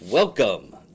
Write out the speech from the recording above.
Welcome